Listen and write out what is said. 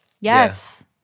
Yes